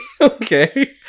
Okay